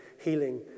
healing